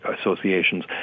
associations